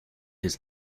his